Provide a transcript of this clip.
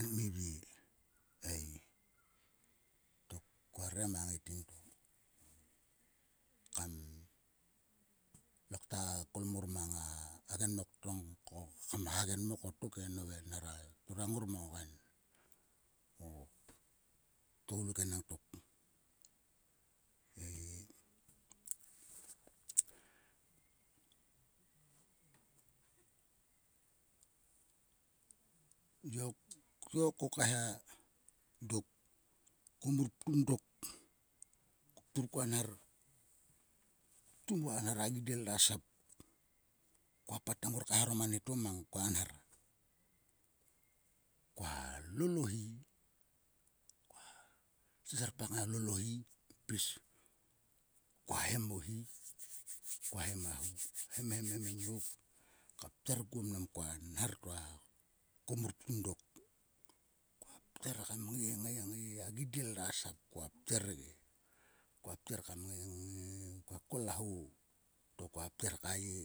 En kmivie ei. Tok kua re ma ngaiting to. Kam lokta kol mar mang a hagenmok to kom hagenmok o tok e nove. Nera turang ngor mang o kain o tgoluk enang tokei. Tiok. tiok ko kaeha. Dok ko mur ptum dok. Ko ptum koa nhar. ptum koa nhar a gidiel ta sap. Koa pat te ngor kaeharom anieto mang koa nhar. Koa lol o hi. koa seserpak kngai klol o hi pis. koa hem o hi. Koa hem. hem nop. koa pter kuo mang koa nhar to a komur ptum dok. Koa pter kam ngai. ngai. a gidiel ta sap koa pter ge. Koa pter kam ngai. ngai. Koa kol a ho. to koa pter ka ye.